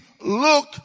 look